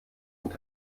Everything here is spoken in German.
und